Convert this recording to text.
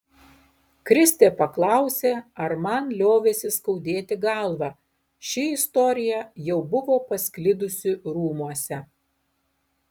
kristė paklausė ar man liovėsi skaudėti galvą ši istorija jau buvo pasklidusi rūmuose